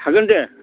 हागोन दे